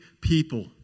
people